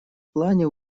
плане